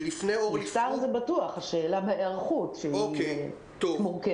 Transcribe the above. נפתר זה בטוח, השאלה היא ההיערכות שהיא מורכבת.